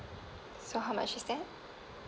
so how much is that